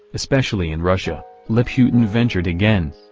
especially in russia, liputin ventured again.